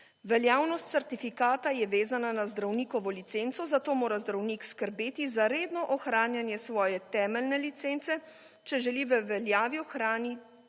Veljavnost certifikata je vezana za zdravnikov licenco, zato mora zdravnik skrbeti za redno ohranjanje svoje temeljne licence, če želi v veljavi ohranjati